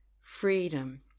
Freedom